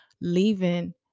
leaving